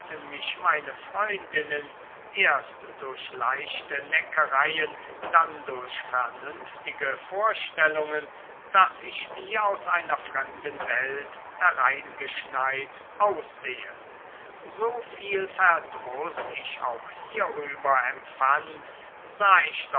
mich meine freundinnen erst durch leichte neckereien dann durch vernünftige vorstellungen daß ich wie aus einer fremden welt hereingeschneit aussehe so viel verdruß ich auch hierüber empfand sah ich